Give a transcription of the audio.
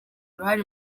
uruhare